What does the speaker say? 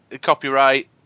copyright